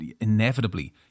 inevitably